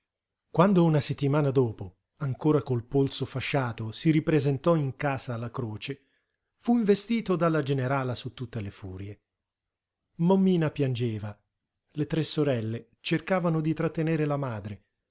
quando una settimana dopo ancora col polso fasciato si ripresentò in casa la croce fu investito dalla generala su tutte le furie mommina piangeva le tre sorelle cercavano di trattenere la madre